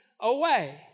away